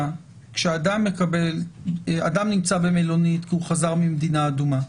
אדם נמצא במלונית כי הוא חזר ממדינה אדומה,